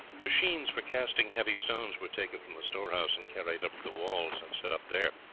machines for casting heavy stones were taken from the storehouse and carried up to the walls, and set up there.